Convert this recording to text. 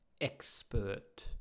expert